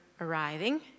arriving